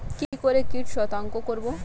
কি করে কিট শনাক্ত করব?